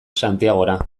santiagora